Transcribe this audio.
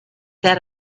that